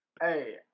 hey